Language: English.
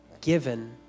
given